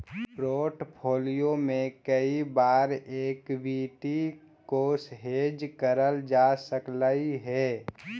portfolio में कई बार एक्विटी को हेज करल जा सकलई हे